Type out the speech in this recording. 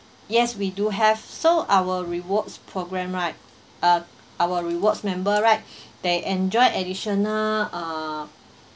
yes we do have so our rewards programme right uh our rewards member right they enjoy additional uh